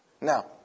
Now